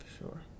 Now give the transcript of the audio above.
sure